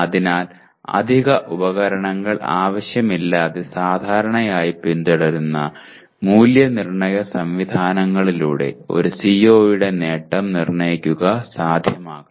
അതിനാൽ അധിക ഉപകരണങ്ങൾ ആവശ്യമില്ലാതെ സാധാരണയായി പിന്തുടരുന്ന മൂല്യനിർണ്ണയ സംവിധാനങ്ങളിലൂടെ ഒരു CO യുടെ നേട്ടം നിർണ്ണയിക്കുക സാധ്യമാകണം